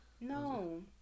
No